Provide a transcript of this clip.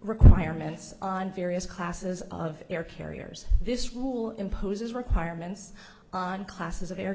requirements on various classes of air carriers this rule imposes requirements on classes of air